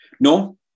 No